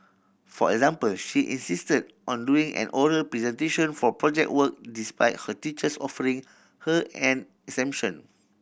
for example she insisted on doing an oral presentation for Project Work despite her teachers offering her an exemption